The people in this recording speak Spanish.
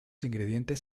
ingredientes